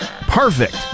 Perfect